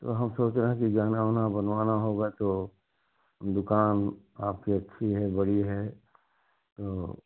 तो हम सोच रहे हैं कि गहना वहना बनवाना होगा तो दुकान आपकी अच्छी है बड़ी है तो